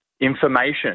information